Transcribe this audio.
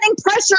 pressure